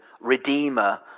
redeemer